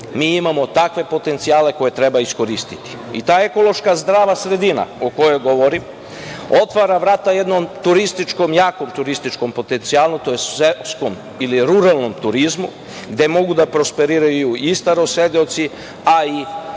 mi imamo takve potencijale koje treba iskoristi. Ta ekološka zdrava sredina o kojoj govorim otvara vrata jakom turističkom potencijalu, tj. seoskom ili ruralnom turizmu, gde mogu da prosperiraju i starosedeoci, a i